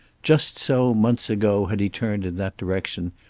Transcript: just so months ago had he turned in that direction,